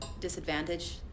disadvantage